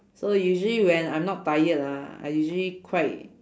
so usually when I'm not tired ah I usually quite